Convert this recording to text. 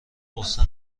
غصه